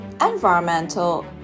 environmental